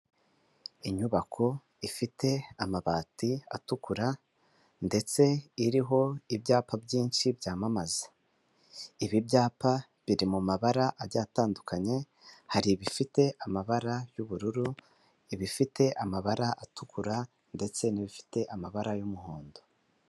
Inyubako ifite amabati atukura ndetse iriho ibyapa byinshi byamamaza, ibi byapa biri mu mabara agiye atandukanye hari ibifite amabara y'ubururu, ibifite amabara atukura ndetse n'ibifite amabara y'umuhondo.